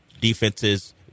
Defenses